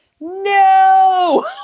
no